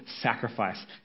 sacrifice